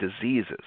diseases